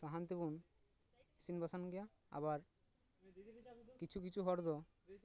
ᱥᱟᱦᱟᱱ ᱛᱮᱵᱚᱱ ᱤᱥᱤᱱ ᱵᱟᱥᱟᱝ ᱜᱮᱭᱟ ᱟᱵᱟᱨ ᱠᱤᱪᱷᱩ ᱠᱤᱪᱷᱩ ᱦᱚᱲ ᱫᱚ